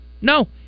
No